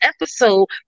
episode